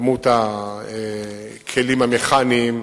כמות הכלים המכניים,